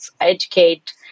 Educate